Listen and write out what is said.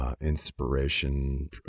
Inspiration